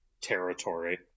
territory